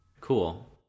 Cool